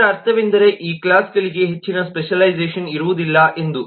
ಇದರ ಅರ್ಥವೆಂದರೆ ಈ ಕ್ಲಾಸ್ಗಳಿಗೆ ಹೆಚ್ಚಿನ ಸ್ಪೆಷಲ್ಲೈಝೇಷನ್ಇರುವದಿಲ್ಲ ಎಂದು